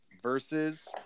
versus